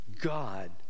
God